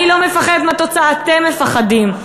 אני לא מפחדת מהתוצאה, אתם מפחדים.